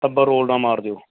ਤਬਰ ਰੋਲ ਨਾ ਮਾਰ ਦਿਓ